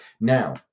Now